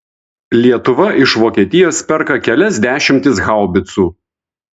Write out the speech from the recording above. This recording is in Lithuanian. lietuva iš vokietijos perka kelias dešimtis haubicų